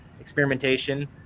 experimentation